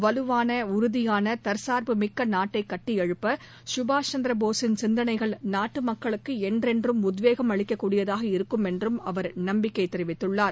வலுவான உறுதியான தற்சார்பு மிக்க நாட்டை கட்டி எழுப்ப சுபாஷ் சந்திரபோஸின் சிந்தனைகள் நாட்டு மக்களுக்கு என்றென்றும் உத்வேகம் அளிக்கக்கூடியதாக இருக்கும் என்றும் அவர் நம்பிக்கை தெரிவித்குள்ளார்